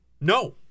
No